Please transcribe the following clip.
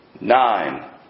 nine